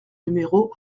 numéro